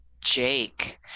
Jake